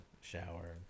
shower